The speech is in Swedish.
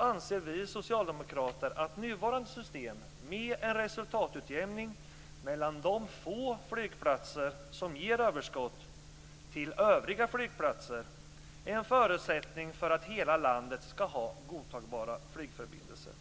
anser vi socialdemokrater att nuvarande system med en resultatutjämning mellan de få flygplatser som ger överskott, till övriga flygplatser, är en förutsättning för att hela landet ska ha godtagbara flygförbindelser.